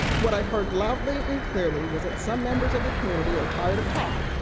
what i heard loudly and clearly was that some members of the community are tired of talk,